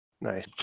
nice